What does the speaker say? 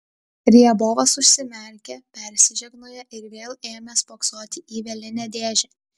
riabovas užsimerkė persižegnojo ir vėl ėmė spoksoti į vielinę dėžę